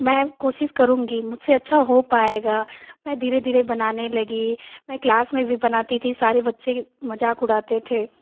में कोशिश करूंगी मुझसे अच्छा हो पाएगा में धीरे धीरे बनाने लगी में क्लास में भी बनाती थी सारे बच्चे मज़ाक उड़ाते थे